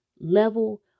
level